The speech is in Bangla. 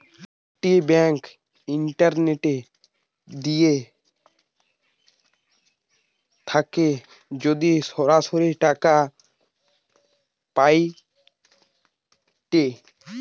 একটি ব্যাঙ্ক ইন্টারনেট দিয়ে থাকে যদি সরাসরি টাকা পায়েটে